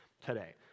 today